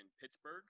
Pittsburgh